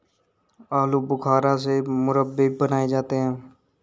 आलू बुखारा से मुरब्बे भी बनाए जाते हैं